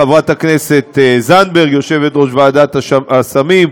חברת הכנסת זנדברג יושבת-ראש ועדת הסמים,